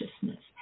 consciousness